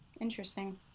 Interesting